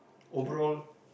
overall